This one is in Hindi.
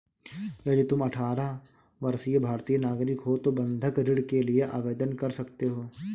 यदि तुम अठारह वर्षीय भारतीय नागरिक हो तो बंधक ऋण के लिए आवेदन कर सकते हो